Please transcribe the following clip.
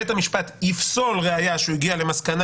בית המשפט יפסול ראיה שהוא הגיע למסקנה